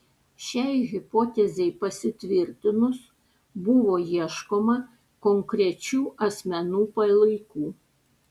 šiai hipotezei pasitvirtinus buvo ieškoma konkrečių asmenų palaikų